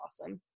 awesome